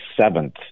seventh